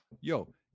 yo